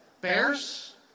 Bears